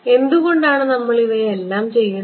എന്തുകൊണ്ടാണ് നമ്മൾ ഇവയെല്ലാം ചെയ്യുന്നത്